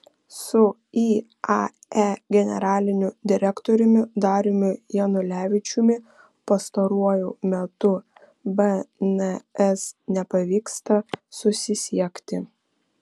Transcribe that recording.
su iae generaliniu direktoriumi dariumi janulevičiumi pastaruoju metu bns nepavyksta susisiekti